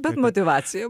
bet motyvacija